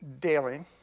daily